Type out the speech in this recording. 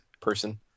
person